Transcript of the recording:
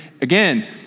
again